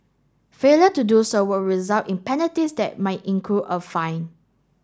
failure to do so will result in penalties that might include a fine